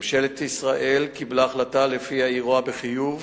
ממשלת ישראל קיבלה החלטה שלפיה היא רואה בחיוב